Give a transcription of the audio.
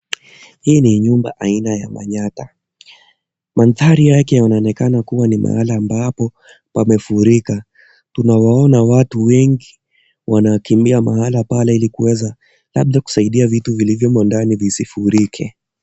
Hii ni nyumba aina ya manyatta. Mandhari yake yanaonekana kuwa ni mahali ambapo pamevurika. Tunawaona watu wengi wanakimbia mahali pale ili kuweza kusaidia vitu vilivyo ndani visivurike.